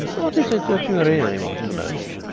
what is it that you really want to know?